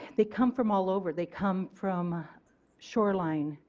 they come from all over. they come from shoreline,